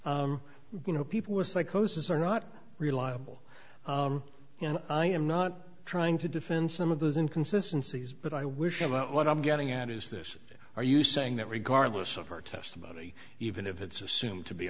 you know people with psychosis are not reliable and i am not trying to defend some of those inconsistency is but i wish him well what i'm getting at is this are you saying that regardless of her testimony even if it's assumed to be